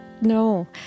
No